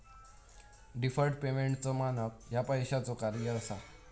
deferred पेमेंटचो मानक ह्या पैशाचो कार्य असा